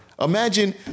Imagine